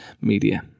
media